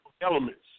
elements